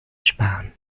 sparen